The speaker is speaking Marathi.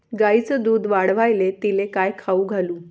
गायीचं दुध वाढवायले तिले काय खाऊ घालू?